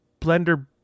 blender